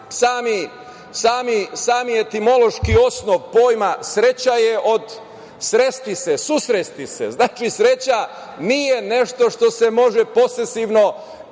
sami etimološki osnov pojma sreća je od sresti se, susresti se. Znači, sreća nije nešto što se može posesivno